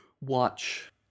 watch